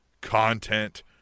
content